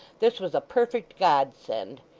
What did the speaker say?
this was a perfect godsend.